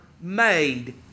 made